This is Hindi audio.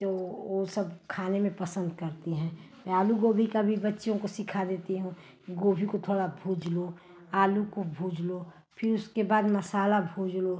तो वह सब खाने में पसन्द करती हैं मैं आलू गोभी का भी बच्चियों को सिखा देती हूँ गोभी को थोड़ा भूँज लो आलू को भूँज लो फिर उसके बाद मसाला भूँज लो